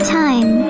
time